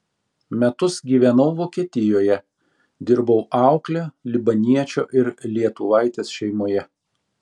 metus gyvenau vokietijoje dirbau aukle libaniečio ir lietuvaitės šeimoje